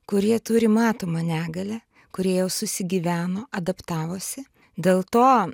kurie turi matomą negalią kurie jau susigyveno adaptavosi dėl to